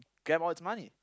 grab all its money